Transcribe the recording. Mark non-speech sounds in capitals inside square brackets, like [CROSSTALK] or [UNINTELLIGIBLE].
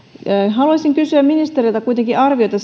haluaisin kysyä ministeriltä kuitenkin arviota [UNINTELLIGIBLE]